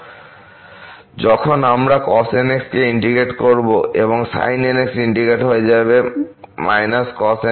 এবং যখন আমরা cosnx কে ইন্টিগ্রেট করব এবং sin nx ইন্টিগ্রেট হয়ে হবে −cos nx n